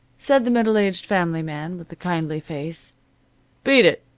said the middle-aged family man with the kindly face beat it.